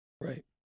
Right